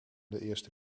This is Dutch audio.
eerste